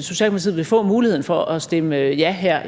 Socialdemokratiet vil få muligheden for at stemme ja her